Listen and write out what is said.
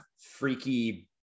freaky